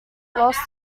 lost